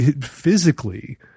physically